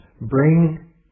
bring